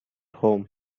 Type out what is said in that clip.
home